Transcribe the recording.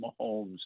Mahomes